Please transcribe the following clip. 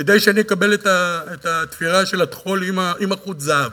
כדי שאני אקבל את התפירה של הטחול עם חוט הזהב